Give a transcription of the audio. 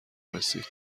رسید